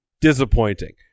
disappointing